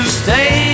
stay